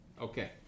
Okay